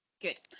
Good